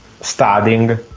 studying